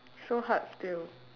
so hard still